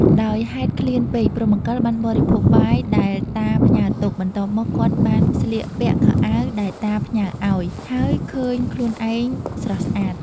ដោយហេតុឃ្លានពេកព្រហ្មកិលបានបរិភោគបាយដែលតាផ្ញើទុក បន្ទាប់មក គាត់បានស្លៀកពាក់ខោអាវដែលតាផ្ញើឱ្យ ហើយឃើញខ្លួនឯងស្រស់ស្អាត ។